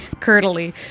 curdly